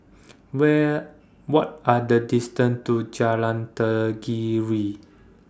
Where What Are The distance to Jalan Tenggiri